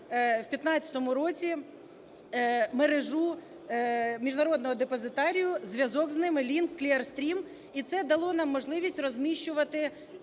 в 15-му році мережу міжнародного депозитарію, зв'язок з ними – лінк Clearstream, і це дало нам можливість розміщувати